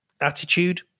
attitude